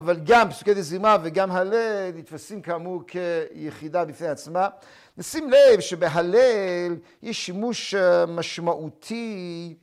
‫אבל גם פסוקי דזימא וגם הלל ‫נתפסים כאמור כיחידה בפני עצמה. ‫נשים לב שבהלל יש שימוש משמעותי...